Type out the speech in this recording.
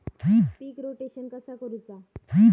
पीक rotation कसा करूचा?